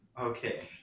Okay